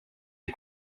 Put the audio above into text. des